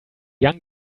young